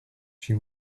she